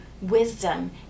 wisdom